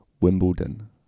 Wimbledon